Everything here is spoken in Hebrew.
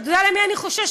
אתה יודע למי אני חוששת?